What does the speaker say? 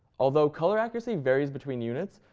although color accuracy varies between units,